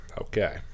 Okay